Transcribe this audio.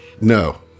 No